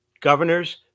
governors